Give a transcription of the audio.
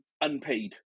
unpaid